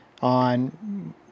on